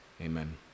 amen